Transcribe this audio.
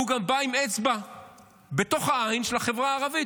הוא גם בא עם אצבע בתוך העין של החברה הערבית.